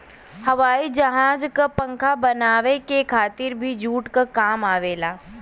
हवाई जहाज क पंखा बनावे के खातिर भी जूट काम आवेला